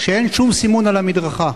כשאין שום סימון על המדרכה.